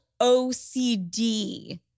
OCD